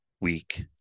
week